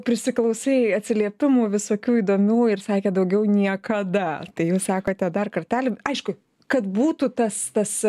prisiklausai atsiliepimų visokių įdomių ir sakė daugiau niekada tai jūs sakote dar kartelį aišku kad būtų tas tas